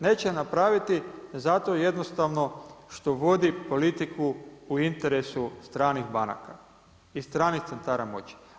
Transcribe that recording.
Neće napraviti zato jednostavno što vodi politiku u interesu stranih banaka i stranih centara moći.